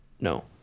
No